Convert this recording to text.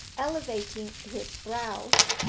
elevating his brows,